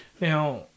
Now